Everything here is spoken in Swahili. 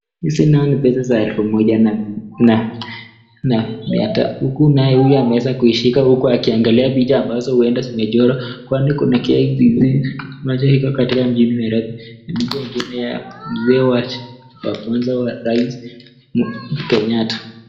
Hizi nazo ni pesa za elfu moja na mia tano huku naye ameweza kuishika akiangalia picha ambazo uenda zimechorwa kwani kuna KICC moja iko katika mjini Nairobi na ingine ni picha ya raisi wa kwanza Kenyatta.